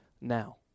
now